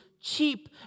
cheap